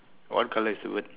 what colour is the bird